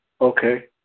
Okay